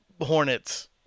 hornets